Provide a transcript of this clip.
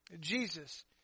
Jesus